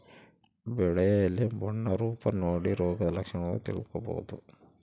ಬೆಳೆಯ ಎಲೆ ಬಣ್ಣ ರೂಪ ನೋಡಿ ರೋಗದ ಲಕ್ಷಣ ತಿಳ್ಕೋಬೋದು